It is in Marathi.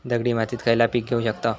दगडी मातीत खयला पीक घेव शकताव?